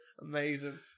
Amazing